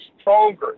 stronger